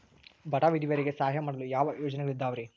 ಬಡ ವಿಧವೆಯರಿಗೆ ಸಹಾಯ ಮಾಡಲು ಯಾವ ಯೋಜನೆಗಳಿದಾವ್ರಿ?